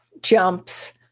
jumps